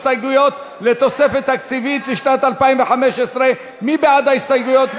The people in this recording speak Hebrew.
הסתייגויות בדבר תוספת תקציבית לשנת 2015. מי בעד ההסתייגויות?